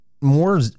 more